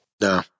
No